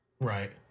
Right